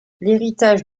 l’héritage